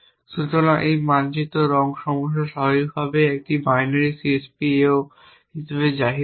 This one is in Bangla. সুতরাং এই মানচিত্র রঙ সমস্যা স্বাভাবিকভাবেই একটি বাইনারি CSP ao হিসাবে জাহির করা হয়